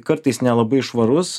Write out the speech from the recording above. kartais nelabai švarus